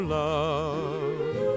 love